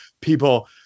people